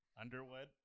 Underwood